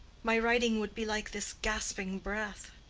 my writing would be like this gasping breath.